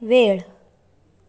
वेळ